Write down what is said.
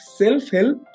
self-help